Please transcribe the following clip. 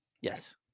Yes